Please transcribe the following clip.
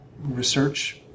research